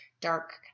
dark